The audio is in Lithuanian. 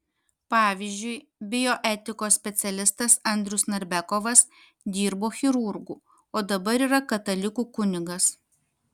pavyzdžiui bioetikos specialistas andrius narbekovas dirbo chirurgu o dabar yra katalikų kunigas